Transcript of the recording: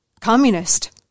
Communist